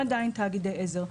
והם עדיין תאגידי עזר,